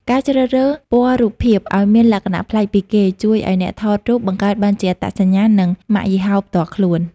ការជ្រើសរើសពណ៌រូបភាព ឱ្យមានលក្ខណៈប្លែកពីគេ ជួយឱ្យអ្នកថតរូបបង្កើតបានជាអត្តសញ្ញាណ និងម៉ាកយីហោផ្ទាល់ខ្លួន។